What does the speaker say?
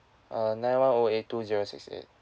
uh nine one O eight two zero six eight